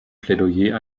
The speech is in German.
plädoyer